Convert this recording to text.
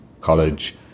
college